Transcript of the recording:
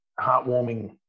heartwarming